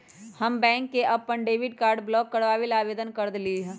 हम बैंक में अपन डेबिट कार्ड ब्लॉक करवावे ला आवेदन कर देली है